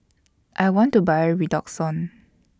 I want to Buy Redoxon